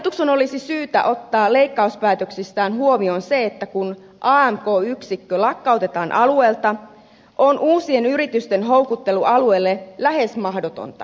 hallituksen olisi syytä ottaa leikkauspäätöksissään huomioon se että kun amk yksikkö lakkautetaan alueelta on uusien yritysten houkuttelu alueelle lähes mahdotonta